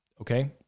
Okay